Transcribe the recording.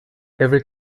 every